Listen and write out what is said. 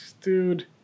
Dude